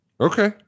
Okay